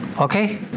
Okay